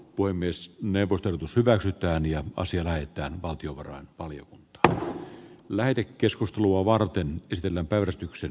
voi myös neuvottelut us hyväksytään ja voisi lähettää valtiovarain paljon että lähde keskustelua varten pistellä päivystyksen